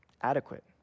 adequate